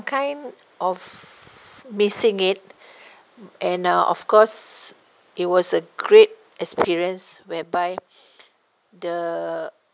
kind of missing it and uh of course it was a great experience whereby the